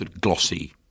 glossy